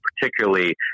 particularly